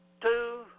two